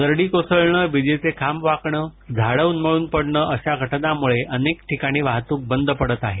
दरडी कोसळणं विजेचे खांब वाकणं झाडं उन्मळून पडणं अशा घटनांमुळे अनेक ठिकाणी वाहतूक बंद पडत आहे